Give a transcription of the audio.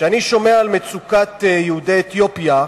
כשאני שומע על מצוקת יהודי אתיופיה,